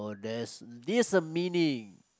there's this meaning